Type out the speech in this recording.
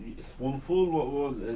spoonful